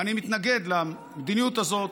ואני מתנגד למדיניות הזאת,